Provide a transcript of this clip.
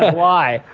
why?